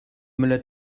müller